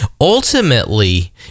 Ultimately